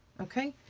okay.